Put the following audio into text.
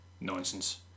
Nonsense